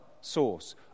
source